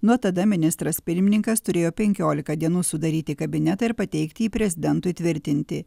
nuo tada ministras pirmininkas turėjo penkiolika dienų sudaryti kabinetą ir pateikti jį prezidentui tvirtinti